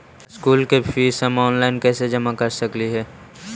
School के fees हम online कैसे जमा कर सक हिय?